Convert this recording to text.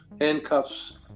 handcuffs